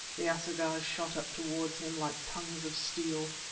the assegais shot up towards him like tongues of steel,